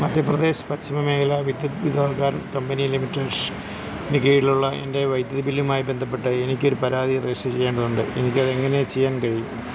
മദ്ധ്യപ്രദേശ് പശ്ചിമ മേഖല വിദ്യുത് വിതാർക്കാർ കമ്പിനി ലിമിറ്റഡിനു കീഴിലുള്ള എൻ്റെ വൈദ്യുതി ബില്ലുമായി ബന്ധപ്പെട്ട് എനിക്കൊരു പരാതി രജിസ്റ്റർ ചെയ്യേണ്ടതുണ്ട് എനിക്കതെങ്ങനെ ചെയ്യാൻ കഴിയും